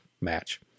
match